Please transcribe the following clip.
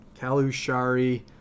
Kalushari